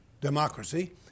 democracy